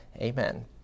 Amen